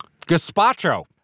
Gazpacho